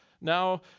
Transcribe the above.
Now